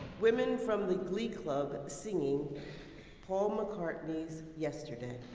women from the glee club singing paul mccartney's yesterday.